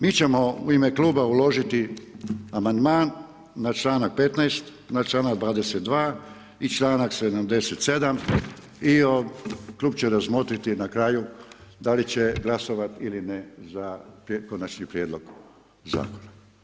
Mi ćemo u ime Kluba uložiti amandman na čl. 15., na čl. 22. i čl. 77. i Klub će razmotriti na kraju da li će glasovat ili ne za Konačni prijedlog zakona.